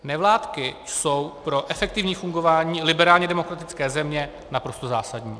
Nevládky jsou pro efektivní fungování liberálně demokratické země naprosto zásadní.